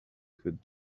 could